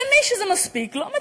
ומי שזה מספיק לו,